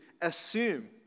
assume